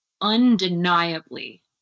undeniably